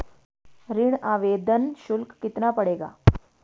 ऋण आवेदन शुल्क कितना पड़ेगा?